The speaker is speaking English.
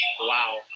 Wow